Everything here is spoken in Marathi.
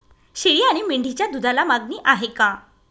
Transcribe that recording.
शेळी आणि मेंढीच्या दूधाला मागणी आहे का?